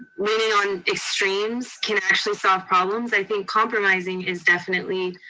leaning on extremes can actually solve problems. i think compromising is definitely